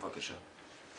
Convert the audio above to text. בבקשה.